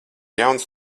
jauns